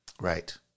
Right